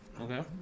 Okay